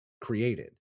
created